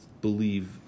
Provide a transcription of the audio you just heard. believe